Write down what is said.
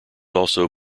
also